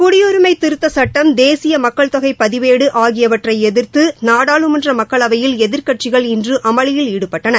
குடியுரிமை திருத்தச் சட்டம் தேசிய மக்கள் தொகை பதிவேடு ஆகியவற்றை எதிர்த்து நாடாளுமன்ற மக்களவையில் எதிர்க்கட்சிகள் இன்று அமளியில் ஈடுபட்டன